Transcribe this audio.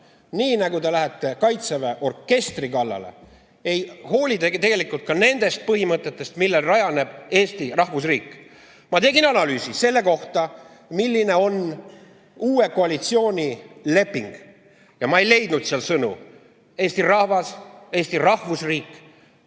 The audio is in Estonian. nagu te lähete Kaitseväe orkestri kallale, ei hooli te tegelikult ka nendest põhimõtetest, millel rajaneb Eesti rahvusriik. Ma tegin analüüsi selle kohta, milline on uue koalitsiooni leping, ja ma ei leidnud sealt sõnu "eesti rahvas" või "Eesti rahvusriik".